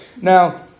Now